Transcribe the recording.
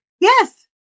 Yes